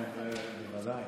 כן, זה בוודאי.